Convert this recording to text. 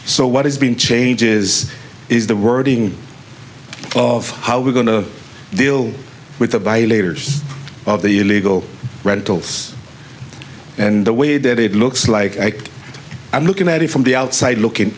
so what has been changes is the wording of how we're going to deal with a by leaders of the illegal rentals and the way that it looks like i'm looking at it from the outside looking